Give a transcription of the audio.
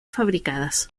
fabricadas